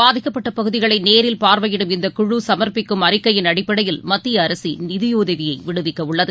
பாதிக்கப்பட்டபகுதிகளைநேரில் பார்வையிடும் இந்தக் குழு சமா்ப்பிக்கும் அறிக்கையில் அடிப்படையில் மத்தியஅரசுநிதியுதவிவிடுவிக்கஉள்ளது